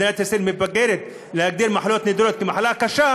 שמדינת ישראל מפגרת בהגדרת מחלות נדירות כמחלות קשות,